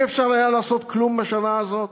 לא היה אפשר לעשות כלום בשנה הזאת?